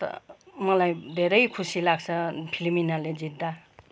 मलाई धेरै खुसी लाग्छ फिलोमिनाले जित्दा